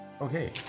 okay